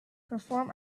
perform